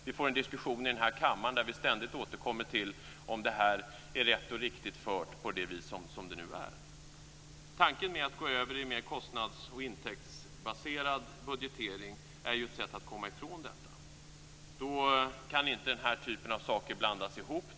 Vi får en diskussion i denna kammare där vi ständigt återkommer till om detta är rätt och riktigt fört på det vis som det nu är. Tanken med att gå över till en mer kostnads och intäktsbaserad budgetering är ju ett sätt att komma ifrån detta. Då kan inte den här typen av saker blandas ihop.